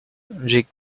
red